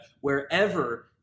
wherever